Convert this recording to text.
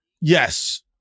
Yes